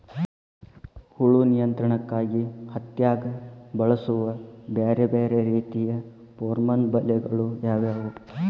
ಹುಳು ನಿಯಂತ್ರಣಕ್ಕಾಗಿ ಹತ್ತ್ಯಾಗ್ ಬಳಸುವ ಬ್ಯಾರೆ ಬ್ಯಾರೆ ರೇತಿಯ ಪೋರ್ಮನ್ ಬಲೆಗಳು ಯಾವ್ಯಾವ್?